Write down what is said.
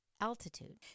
altitude